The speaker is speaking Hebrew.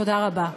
תודה רבה.